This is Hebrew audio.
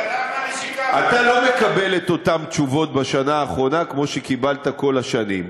אתה לא מקבל בשנה האחרונה את אותן תשובות כמו שקיבלת כל השנים.